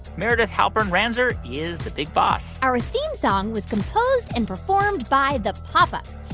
meredith halpern-ranzer is the big boss our theme song was composed and performed by the pop ups.